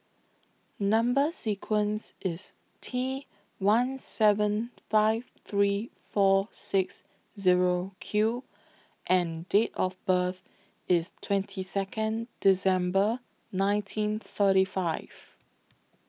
Number sequence IS T one seven five three four six Zero Q and Date of birth IS twenty Second December nineteen thirty five